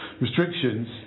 restrictions